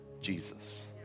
Jesus